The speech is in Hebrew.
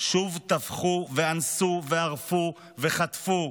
שוב טבחו בנו ואנסו וערפו וחטפו.